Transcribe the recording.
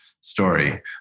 story